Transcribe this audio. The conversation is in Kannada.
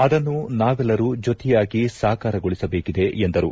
ಅದನ್ನು ನಾವೆಲ್ಲರೂ ಜೊತೆಯಾಗಿ ಸಾಕಾರಗೊಳಿಸಬೇಕಿದೆ ಎಂದರು